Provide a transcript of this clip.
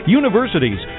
universities